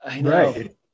right